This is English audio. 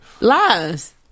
Lies